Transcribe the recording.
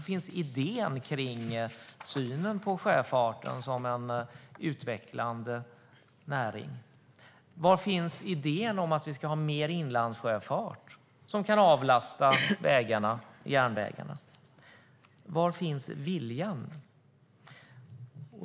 Var finns idén kring synen på sjöfarten som en utvecklande näring? Var finns idén om att vi ska ha mer inlandssjöfart som kan avlasta vägarna och järnvägen? Var finns viljan?